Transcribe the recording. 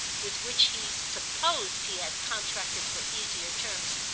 with which he supposed he had contracted for easier terms,